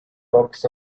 focus